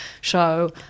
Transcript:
show